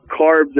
carbs